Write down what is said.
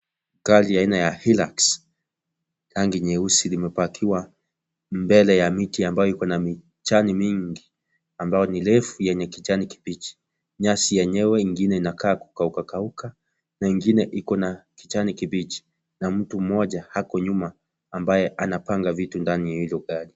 Gari ya aina ya Hilux rangi nyeusi limepakiwa mbele ya miti ambayo iko na mijani mingi ambayo ni refu yenye kijani kibichi, Nyasi yenyewe ingine inakaa kukauka kauka na ingine iko na kijani kibichi na mtu mmoja ako nyuma ambaye anapanga vitu ndani ya hilo gari.